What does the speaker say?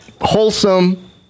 wholesome